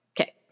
Okay